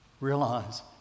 Realize